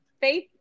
Faith